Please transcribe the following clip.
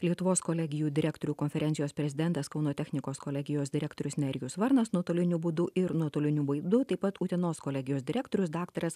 lietuvos kolegijų direktorių konferencijos prezidentas kauno technikos kolegijos direktorius nerijus varnas nuotoliniu būdu ir nuotoliniu būdu taip pat utenos kolegijos direktorius dr